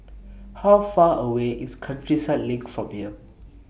How Far away IS Countryside LINK from here